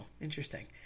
Interesting